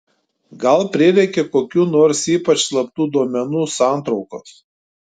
gal prireikė kokių nors ypač slaptų duomenų santraukos